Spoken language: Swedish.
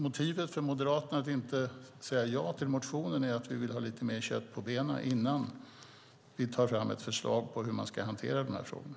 Motivet för Moderaterna att inte säga ja till motionen är att vi vill ha lite mer kött på benen innan vi tar fram ett förslag på hur man ska hantera de här frågorna.